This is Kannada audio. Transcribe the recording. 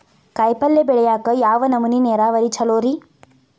ಕಾಯಿಪಲ್ಯ ಬೆಳಿಯಾಕ ಯಾವ್ ನಮೂನಿ ನೇರಾವರಿ ಛಲೋ ರಿ?